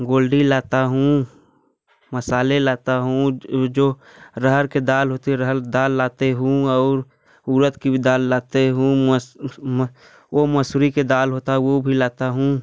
गोल्डी लाता हूँ मसाले लाता हूँ जो अरहर के दाल होते अरहल दाल लाते हूँ और उरद की भी दाल लाते हूँ वो मसूरी के दाल होता है वो भी लाता हूँ